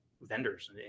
vendors